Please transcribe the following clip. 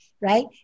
right